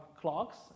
clocks